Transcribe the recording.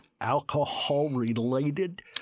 Alcohol-related